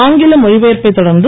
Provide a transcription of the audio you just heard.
ஆங்கில மொழி பெயர்ப்பைத் தொடர்ந்து